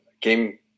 game